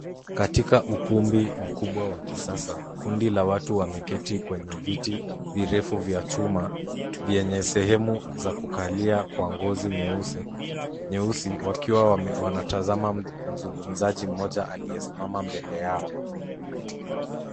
Katika ukumbi mkubwa wa kisasa, kundi la watu wameketi kwenye viti virefu vya chuma vyenye sehemu za kukalia kwa ngozi nyeusi wakiwa wanatazama mzungumzaji mmoja aliyesimama mbele yao.